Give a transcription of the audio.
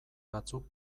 batzuk